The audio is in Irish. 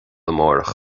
amárach